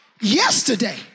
yesterday